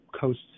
coast